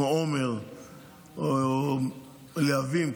כמו עומר או להבים,